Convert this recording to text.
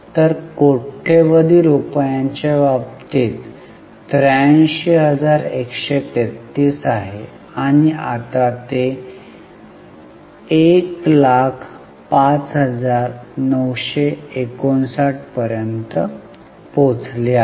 तर कोट्यवधी रुपयांच्या बाबतीत हे 83133 आहे आणि आता ते 105959 पर्यंत पोहोचले आहे